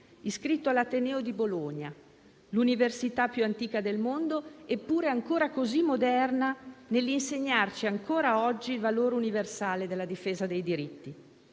iscritto all'Ateneo di Bologna, l'università più antica del mondo, eppure così moderna nell'insegnarci ancora oggi il valore universale della difesa dei diritti,